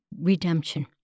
redemption